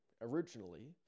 originally